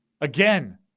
Again